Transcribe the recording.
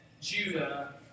Judah